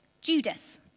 Judas